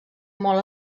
molt